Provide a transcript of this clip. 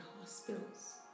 hospitals